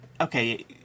Okay